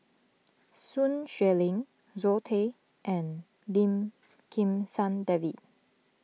Sun Xueling Zoe Tay and Lim Kim San David